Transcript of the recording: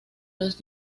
los